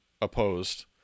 opposed